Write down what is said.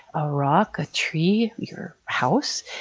a rock, a tree, your house.